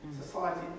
society